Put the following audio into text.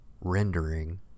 rendering